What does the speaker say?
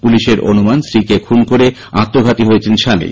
পুলিশের অনুমান স্ত্রীকে খুন করে আত্মঘাতী হয়েছে স্বামী